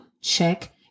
Check